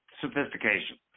sophistication